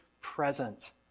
present